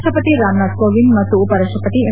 ರಾಷ್ಟಪತಿ ರಾಮನಾಥ್ ಕೋವಿಂದ್ ಮತ್ತು ಉಪರಾಷ್ಟಪತಿ ಎಂ